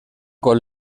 con